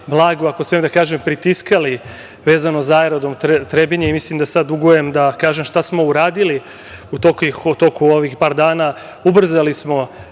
blago, ako smem da kažem, pritiskali vezano za aerodrom Trebinje i mislim da sada dugujem da kažem šta smo uradili u toku ovih par dana. Ubrzali smo